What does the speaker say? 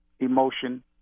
emotion